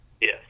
Yes